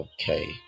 okay